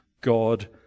God